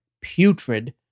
putrid